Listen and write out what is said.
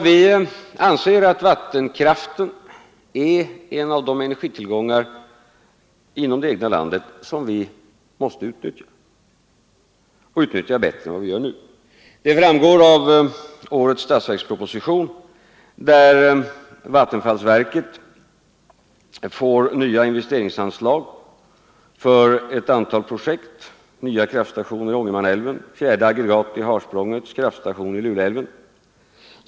Vi anser att vattenkraften är en av de energitillgångar inom det egna landet som vi måste utnyttja och göra det bättre än som nu sker. Det framgår av årets statsverksproposition att vattenfallsverket får nya investeringsanslag för ett antal projekt, nya kraftstationer i Ångermanälven, ett fjärde aggregat i Harsprångets kraftstation i Lule älv.